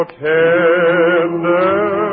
tender